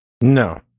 no